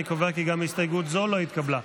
אני קובע כי גם הסתייגות זו לא התקבלה.